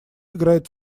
играет